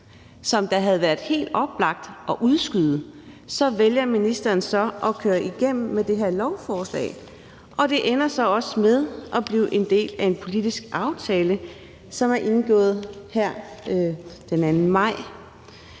som det havde været helt oplagt at udskyde, vælger ministeren at køre igennem med det her lovforslag, og det ender så også med at blive del af en politisk aftale, som blev indgået her den 2. maj.